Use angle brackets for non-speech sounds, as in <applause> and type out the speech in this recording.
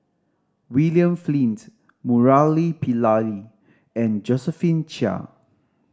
William Flint Murali <unintelligible> and Josephine Chia